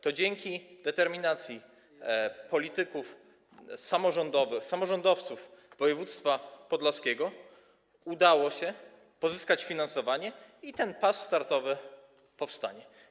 To dzięki determinacji polityków samorządowych, samorządowców z województwa podlaskiego udało się pozyskać finansowanie i ten pas startowy powstanie.